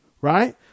right